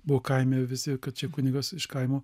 buvo kaime visi kad čia kunigas iš kaimo